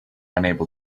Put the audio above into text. unable